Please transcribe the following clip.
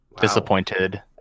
disappointed